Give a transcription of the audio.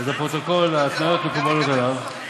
אז לפרוטוקול, ההתניות מקובלות עליו.